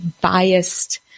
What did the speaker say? biased